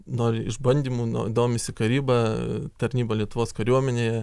nori išbandymų no domisi karyba tarnyba lietuvos kariuomenėje